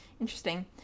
Interesting